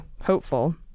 hopeful